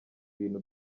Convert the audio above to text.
bintu